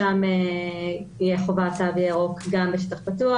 שם תהיה חובת תו ירוק גם בשטח פתוח,